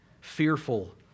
fearful